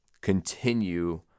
continue